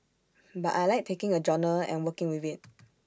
but I Like taking A genre and working with IT